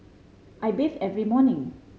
I bathe every morning